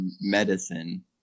medicine